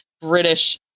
British